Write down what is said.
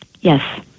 Yes